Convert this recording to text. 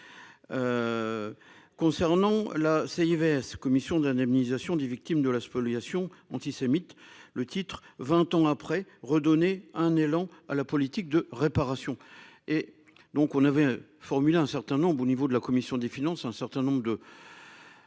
Concernant la CIV commission d'indemnisation des victimes de la spoliation antisémite. Le titre 20 ans après. Redonner un élan à la politique de réparation et